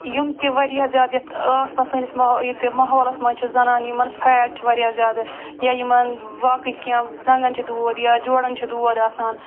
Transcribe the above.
یِم تہِ واریاہ زیادٕ یَتھ آس پاس سٲنِس ییٚتہِ ماحولس منٛز چھِ زنانہِ یِمن فیٹ چھِ واریاہ زیادٕ یا یِمن باقٕے کیٚنٛہہ زنٛگن چھِ دود یا جوڑَن چھِ دود آسان